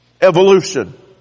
evolution